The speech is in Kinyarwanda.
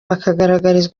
bakagaragaza